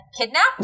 kidnapped